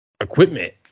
equipment